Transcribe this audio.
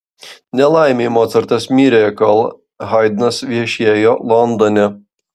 nelaimei mocartas mirė kol haidnas viešėjo londone